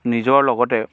নিজৰ লগতে